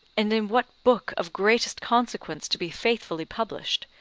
and in what book of greatest consequence to be faithfully published,